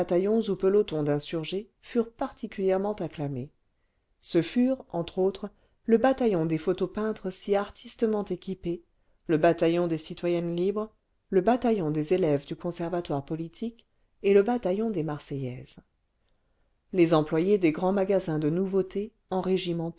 pelotons d'insurgés furent particulièrement acclamés ce furent entre autres le bataillon des photo peintres si artistement équipé le bataillon des citoyennes libres le bataillon des élèves du conservatoire politique et le bataillon des marseillaises les employés des grands magasins de nouveautés